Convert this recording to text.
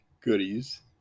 goodies